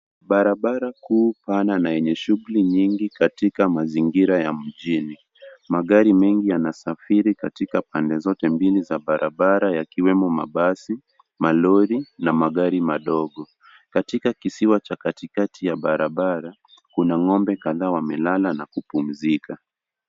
Barabara kuu pana na yenye shughuli nyingi katika mazingira ya mjini. Magari mengi yanasafiri katika pande zote za barabara yakiwemo mabasi, malori na magari madogo. Katika kisiwa cha katikati ya barabara, kuna ng'ombe kadhaa wamelala na kupumzika.